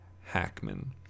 Hackman